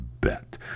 bet